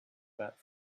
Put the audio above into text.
about